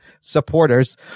supporters